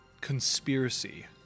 conspiracy